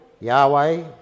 Yahweh